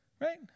Right